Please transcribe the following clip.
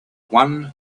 one